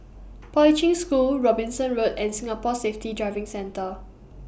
Poi Ching School Robinson Road and Singapore Safety Driving Centre